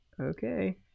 Okay